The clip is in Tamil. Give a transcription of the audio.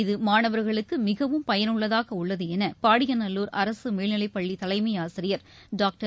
இது மாணவர்களுக்கு மிகவும் பயனுள்ளதாக உள்ளது என பாடியநல்லூர் அரசு மேல்நிலைப்பள்ளி தலைமையாசிரியர் டாக்டர்